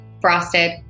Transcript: frosted